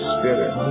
Spirit